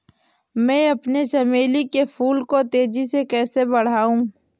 मैं अपने चमेली के फूल को तेजी से कैसे बढाऊं?